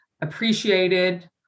appreciated